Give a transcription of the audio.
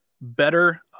better